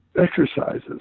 exercises